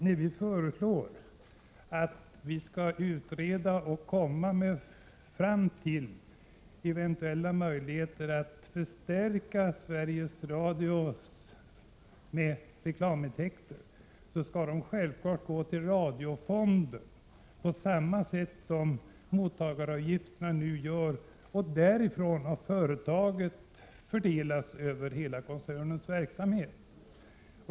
När vi föreslår att man skall utreda om det är möjligt att förstärka Sveriges Radios intäkter med reklam menar vi att pengarna självfallet skall gå till radiofonden på samma sätt som mottagaravgifterna. Därifrån skall de fördelas över hela koncernens verksamhet.